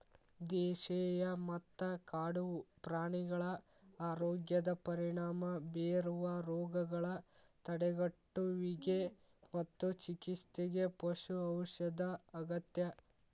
ದೇಶೇಯ ಮತ್ತ ಕಾಡು ಪ್ರಾಣಿಗಳ ಆರೋಗ್ಯದ ಪರಿಣಾಮ ಬೇರುವ ರೋಗಗಳ ತಡೆಗಟ್ಟುವಿಗೆ ಮತ್ತು ಚಿಕಿತ್ಸೆಗೆ ಪಶು ಔಷಧ ಅಗತ್ಯ